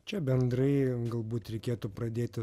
čia bendrai galbūt reikėtų pradėti